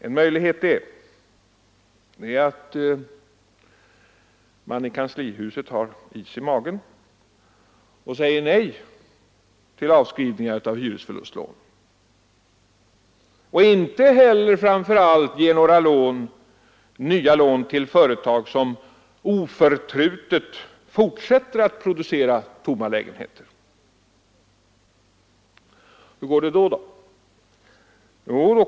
En möjlighet är att man i kanslihuset har is i magen och säger nej till avskrivningar av hyresförlustlån och att man inte heller ger några nya lån till företag som oförtrutet fortsätter att producera lägenheter som får stå tomma. Hur går det då?